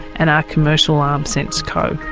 and our commercial arm sense-co.